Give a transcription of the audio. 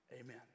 amen